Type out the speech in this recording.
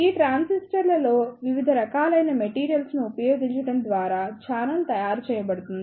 ఈ ట్రాన్సిస్టర్లలో వివిధ రకాలైన మెటీరియల్స్ ను ఉపయోగించడం ద్వారా ఛానెల్ తయారు చేయబడుతుంది